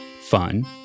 fun